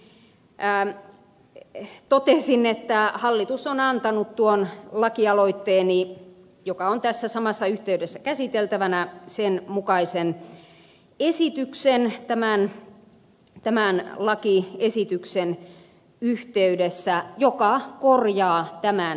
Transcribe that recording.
nyt todellakin ilokseni totesin että hallitus on antanut tuon lakialoitteeni joka on tässä samassa yhteydessä käsiteltävänä mukaisen esityksen tämän lakiesityksen yhteydessä mikä korjaa tämän epäkohdan